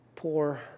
poor